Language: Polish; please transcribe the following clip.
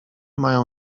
mają